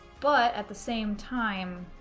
but at the same time